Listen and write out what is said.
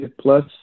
plus